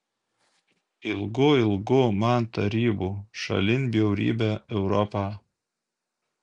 ilgu ilgu man tarybų šalin bjaurybę europą